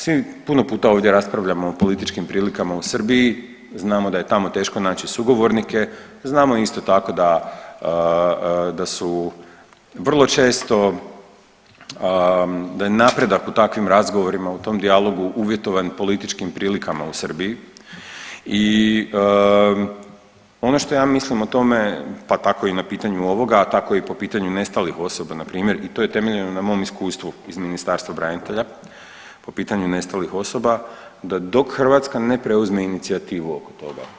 Svi mi puno puta ovdje raspravljamo o političkim prilikama u Srbiji, znamo da je tamo teško naći sugovornike, znamo isto tako da, da su vrlo često, da je napredak u takvim razgovorima, u tom dijalogu uvjetovan i političkim prilikama u Srbiji i ono što ja mislim o tome, pa tako i na pitanju ovoga, a tako i po pitanju nestalih osoba npr. i to je temeljeno na mom iskustvu iz Ministarstva branitelja po pitanju nestalih osoba da dok Hrvatska ne preuzme inicijativu oko toga.